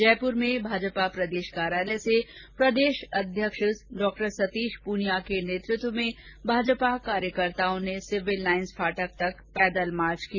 जयपुर में भाजपा प्रदेश कार्यालय से प्रदेश अध्यक्ष डॉक्टर सतीश प्रनिया के नेतृत्व में भाजपा कार्यकर्ताओं ने सिविल लाइंस फाटक तक पैदल मार्च किया